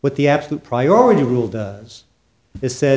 what the absolute priority rule does is sa